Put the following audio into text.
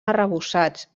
arrebossats